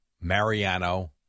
Mariano